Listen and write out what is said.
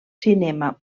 cinema